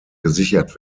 gesichert